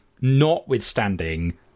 notwithstanding